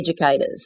educators